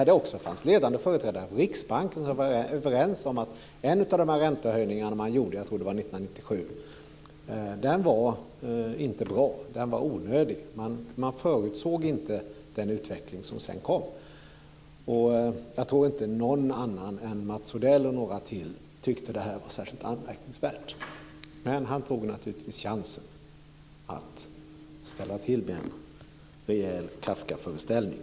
Det fanns också ledande företrädare för Riksbanken som var överens om att en av dessa räntehöjningar som gjordes, jag tror det var år 1997, inte var bra. Den var onödig. Man förutsåg inte den utveckling som sedan kom. Jag tror inte att någon annan än Mats Odell och några till tyckte att det var särskilt anmärkningsvärt. Men han tog naturligtvis chansen att ställa till med en rejäl Kafkaföreställning.